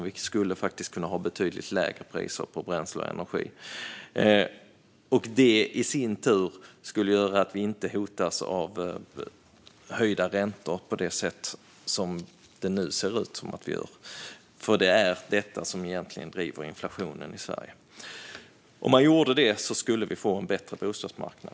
Vi skulle kunna ha betydligt lägre priser på bränsle och energi. Det skulle i sin tur göra att vi inte hotas av höjda räntor, vilket vi nu ser ut att göra. Det är ju detta som driver inflationen i Sverige. Om regeringen gör detta skulle vi få en bättre bostadsmarknad.